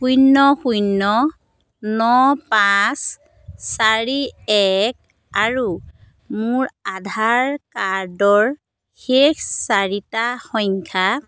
শূন্য শূন্য ন পাঁচ চাৰি এক আৰু মোৰ আধাৰ কাৰ্ডৰ শেষ চাৰিটা সংখ্যা